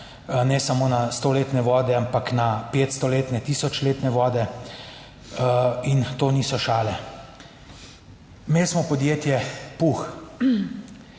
ne samo na stoletne vode, ampak na 500 letne, tisoč letne vode. In to niso šale. Imeli smo podjetje PUH,